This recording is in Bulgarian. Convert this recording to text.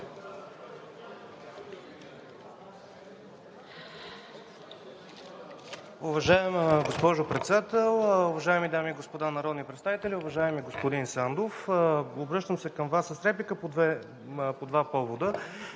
Уважаема госпожо Председател, уважаеми дами и господа народни представители! Уважаеми господин Сандов, обръщам се към Вас с реплика по два повода.